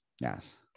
Yes